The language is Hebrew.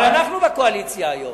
אבל אנחנו בקואליציה היום,